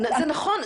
זה נכון,